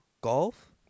Golf